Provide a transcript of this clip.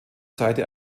seite